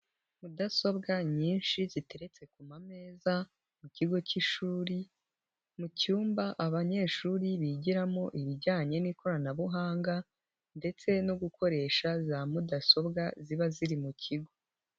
Mudasobwa nyinshi ziteretse ku amameza, mu kigo k'ishuri, mu cyumba abanyeshuri bigiramo ibijyanye n'ikoranabuhanga, ndetse no gukoresha za mudasobwa ziba ziri mu kigo.